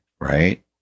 right